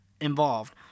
involved